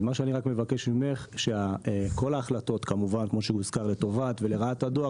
אני מבקש ממך שכל ההחלטות - לטובת לרעת הדואר